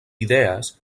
idees